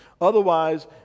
Otherwise